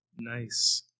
Nice